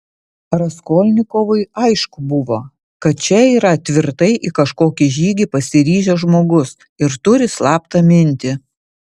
raskolnikovui aišku buvo kad čia yra tvirtai į kažkokį žygį pasiryžęs žmogus ir turi slaptą mintį